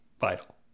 vital